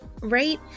right